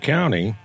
County